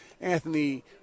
Anthony